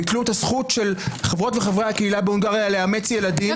ביטלו את הזכות של חברות וחברי הקהילה בהונגריה לאמץ ילדים.